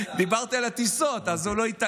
דבר איתו על, דיברתי על טיסות, אז הוא התעלם.